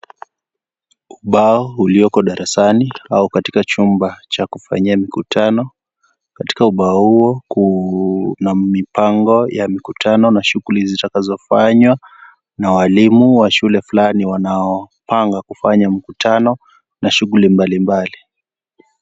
Ubao ulioko darasani au katika chumba cha kufanyia mkutano, katika ubao huo kuna mipango ya mkutano na shuguli zitakazo fanywa na walimu wa shule fulani wanaopanga kufanya mkutano na shugli mbalimbali.